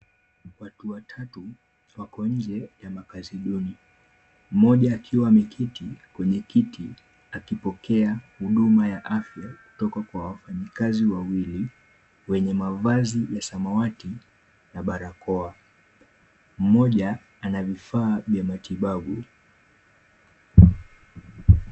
Watu watatu wako nje ya makazi duni mmoja akiwa ameketi kwenye kiti akipokea huduma ya afya kutoka kwa wafanyikazi wawili wenye mavazi ya samawati na barakoa. Mmoja ana vifaa vya matibabu.